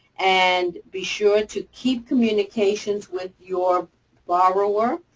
and be sure to keep communications with your borrower.